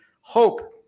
hope